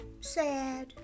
Sad